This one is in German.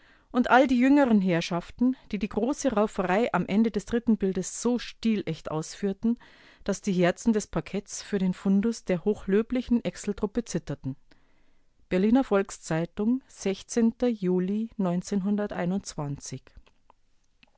und all die jüngeren herrschaften die die große rauferei am ende des dritten bildes so stilecht ausführten daß die herzen des parketts für den fundus der hochlöblichen exl-truppe zitterten berliner volks-zeitung juli